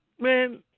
Man